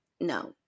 no